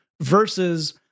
versus